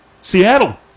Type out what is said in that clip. Seattle